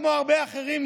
כמו הרבה אחרים,